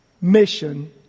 mission